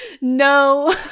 No